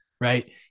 right